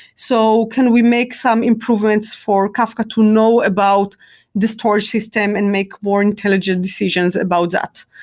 so can we make some improvements for kafka to know about the storage system and make more intelligent decisions about that?